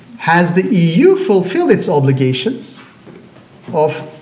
has the eu fulfilled its obligations of